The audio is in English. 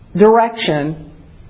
direction